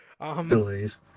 delays